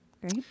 Great